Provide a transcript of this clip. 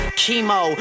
Chemo